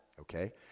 okay